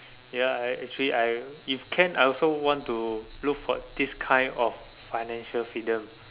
ya I actually I if can I also want to look for this kind of financial freedom